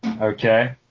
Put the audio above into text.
Okay